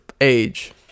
age